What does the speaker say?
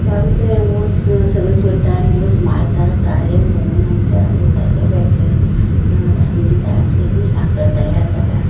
so आमी ते ऊस सगळी करता आनी ती ऊस मारता गाडयेन भरून आमी त्या उसाचे फॅकट्रीन धाडून दिता आनी थंय ती साकर तयार जाता